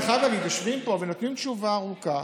אני חייב להגיד שיושבים פה ונותנים תשובה ארוכה,